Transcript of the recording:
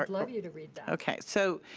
love you to read that. okay, so,